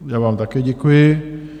Já vám také děkuji.